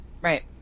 Right